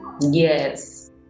Yes